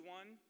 one